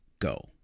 Go